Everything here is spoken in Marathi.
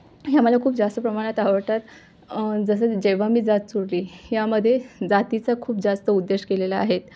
ह्या मला खूप जास्त प्रमाणात आवडतात जसं जेव्हा मी जात चोरली यामध्ये जातीचा खूप जास्त उद्देश केलेला आहेत